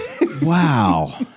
Wow